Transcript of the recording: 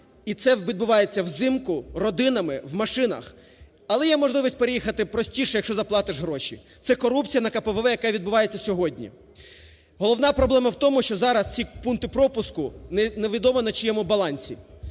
і це відбувається взимку, родинами, в машинах. Але є можливість переїхати простіше, якщо заплатиш гроші. Це корупція на КПВВ, яка відбувається сьогодні. Головна проблема в тому, що зараз ці пункти пропуску невідомо на чиєму балансі.